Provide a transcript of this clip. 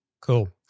Cool